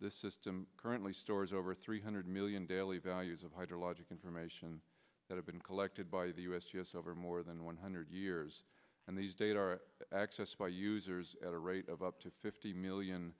this system currently stores over three hundred million daily values of hydrologic information that have been collected by the u s g s over more than one hundred years and these data are accessed by users at a rate of up to fifty million